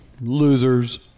Losers